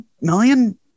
million